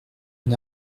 une